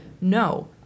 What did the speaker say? no